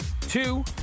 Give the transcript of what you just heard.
two